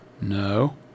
No